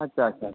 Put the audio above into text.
ᱟᱪᱪᱷᱟ ᱟᱪᱪᱷᱟ